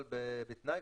אבל בתנאי,